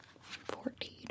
Fourteen